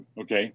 Okay